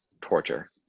torture